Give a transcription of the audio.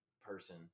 person